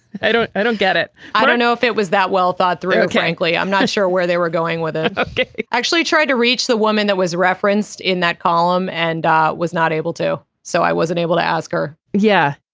i don't i don't get it i don't know if it was that well thought through. frankly i'm not sure where they were going with ah ah it. i actually tried to reach the woman that was referenced in that column and was not able to. so i wasn't able to ask her yeah